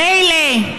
מילא.